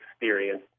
experience